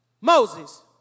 Moses